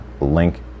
link